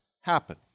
happen